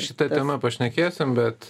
šita tema pašnekėsim bet